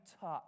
touch